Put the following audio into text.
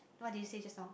what did you say just now